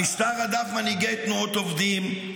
המשטר רדף מנהיגי תנועות עובדים,